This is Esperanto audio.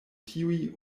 tiuj